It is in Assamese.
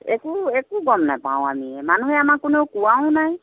একো একো গম নাপাওঁ আমি মানুহে আমাক কোনেও কোৱাও নাই